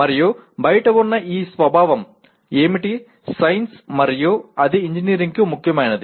మరియు బయట ఉన్న ఆ స్వభావం ఏమిటి సైన్స్ మరియు అది ఇంజనీరింగ్కు ముఖ్యమైనది